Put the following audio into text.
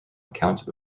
account